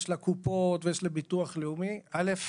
יש לקופות ויש לביטוח לאומי --- דבר ראשון,